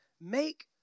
make